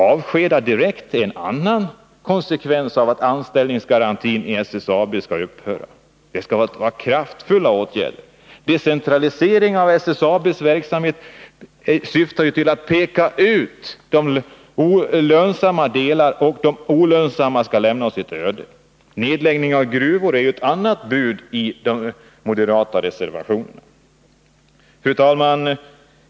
Avskeda direkt är en annan konsekvens av att anställningsgarantin i SSAB skall upphöra. Det skall vara kraftfulla åtgärder. Decentraliseringen av SSAB:s verksamhet syftar ju till att peka ut de lönsamma delarna, och de olönsamma skall lämnas åt sitt öde. Nedläggning av gruvor är ett annat bud i de moderata reservationerna. Fru talman!